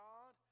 God